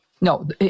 No